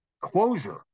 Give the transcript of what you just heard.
closure